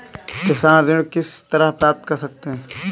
किसान ऋण किस तरह प्राप्त कर सकते हैं?